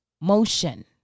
motion